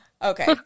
Okay